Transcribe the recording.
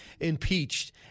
impeached